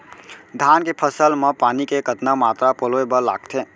धान के फसल म पानी के कतना मात्रा पलोय बर लागथे?